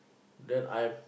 then I'm